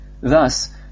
Thus